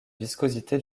viscosité